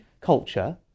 culture